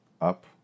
up